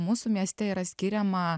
mūsų mieste yra skiriama